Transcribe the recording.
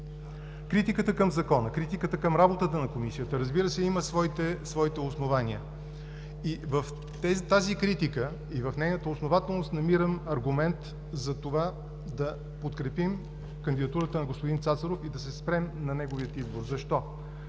Критиката към Закона, критиката към работата на Комисията, разбира се, има своите основания. В тази критика и в нейната основателност намирам аргумент за това да подкрепим кандидатурата на господин Цацаров и да се спрем на неговия избор. Защо?